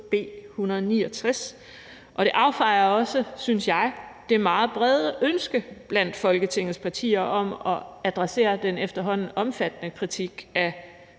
B 169. Det afspejler også, synes jeg, det meget brede ønske blandt Folketingets partier om at adressere den efterhånden omfattende kritik af